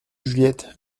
juliette